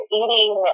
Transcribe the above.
eating